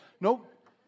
Nope